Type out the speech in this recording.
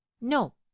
no